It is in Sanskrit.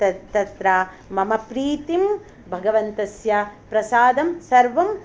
तत् तत्र मम प्रीतिं भगवन्तस्य प्रसादं सर्वम्